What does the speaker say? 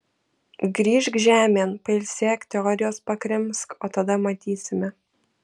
grįžk žemėn pailsėk teorijos pakrimsk o tada matysime